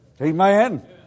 Amen